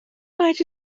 rhaid